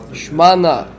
shmana